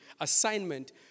assignment